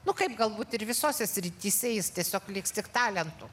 nu kaip galbūt ir visose srityse jis tiesiog liks tik talentu